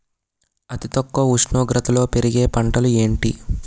అతి తక్కువ ఉష్ణోగ్రతలో పెరిగే పంటలు ఏంటి?